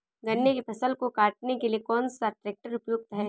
गन्ने की फसल को काटने के लिए कौन सा ट्रैक्टर उपयुक्त है?